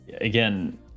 again